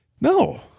No